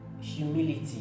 Humility